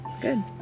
Good